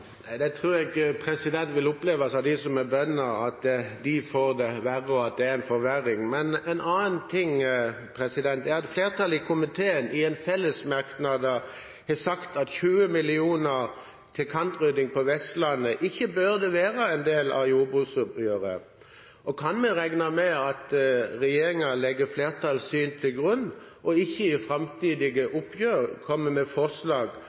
tror det vil oppleves av dem som er bønder, at de får det verre – at det er en forverring. En annen ting er at flertallet i komiteen i en fellesmerknad skriver at «kantrydding på Vestlandet ikke burde være en del av jordbruksoppgjøret». Kan vi regne med at regjeringen legger flertallets syn til grunn, og ikke i framtidige oppgjør kommer med forslag